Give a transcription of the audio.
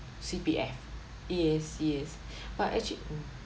C_P_F yes yes but actually mm